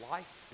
Life